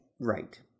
Right